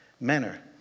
manner